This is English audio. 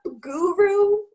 guru